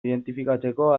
identifikatzeko